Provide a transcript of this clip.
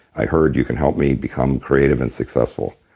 i heard you can help me become creative and successful.